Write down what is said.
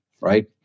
right